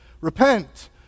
repent